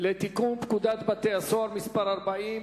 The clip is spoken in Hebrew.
לתיקון פקודת בתי-הסוהר (מס' 40)